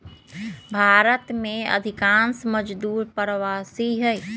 भारत में अधिकांश मजदूर प्रवासी हई